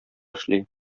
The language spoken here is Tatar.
эшли